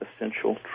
essential